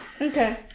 Okay